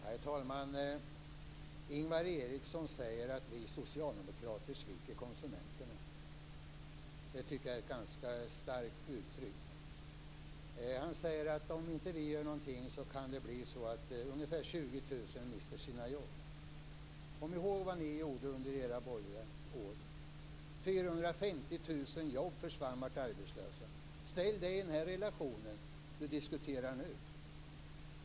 Herr talman! Ingvar Eriksson säger att vi socialdemokrater sviker konsumenterna. Det är ett ganska starkt uttryck. Han säger att om vi inte gör någonting kan det bli så att ungefär 20 000 mister sina jobb. Kom ihåg vad ni gjorde under era borgerliga år! 450 000 jobb försvann, och människor blev arbetslösa. Ställ det i relation till det vi diskuterar nu!